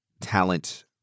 talent